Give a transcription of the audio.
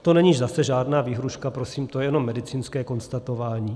To není zase žádná výhrůžka prosím, to je jenom medicínské konstatování.